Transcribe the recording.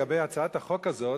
לגבי הצעת החוק הזאת,